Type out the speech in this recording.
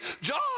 John